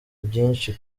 byinshi